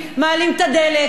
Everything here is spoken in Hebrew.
ומעלים את המע"מ,